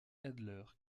adler